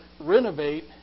renovate